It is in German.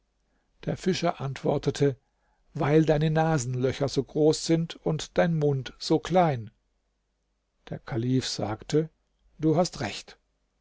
der fischer antwortete weil deine nasenlöcher so groß sind und dein mund so klein der kalif sagte du hast recht